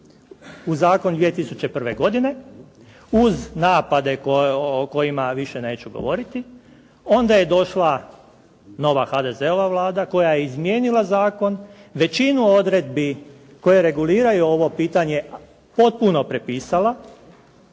u zakon 2001. godine uz napade o kojima više neću govoriti. Onda je došla nova HDZ-ova vlada koja je izmijenila zakon. Većinu odredbi koje reguliraju ovo pitanje potpuno prepisala